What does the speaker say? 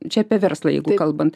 čia apie verslą jeigu kalbant